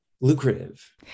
lucrative